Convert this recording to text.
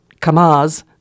Kamaz